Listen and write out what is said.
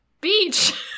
beach